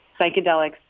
psychedelics